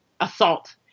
assault